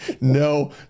no